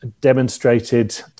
demonstrated